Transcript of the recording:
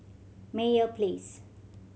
Meyer Place